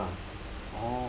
everything lah